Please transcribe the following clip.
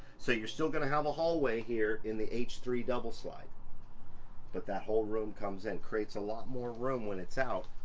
so you're still gonna have a hallway here in the h three double slide but that whole room comes in, creates a lot more room when it's out.